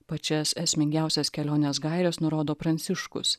pačias esmingiausias kelionės gaires nurodo pranciškus